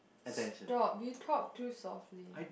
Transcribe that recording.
stop you talk too softly